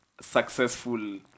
successful